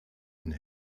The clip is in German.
und